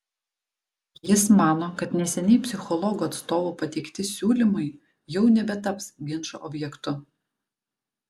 jis mano kad neseniai psichologų atstovų pateikti siūlymai jau nebetaps ginčo objektu